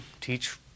teach